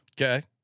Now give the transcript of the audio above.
Okay